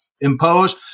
impose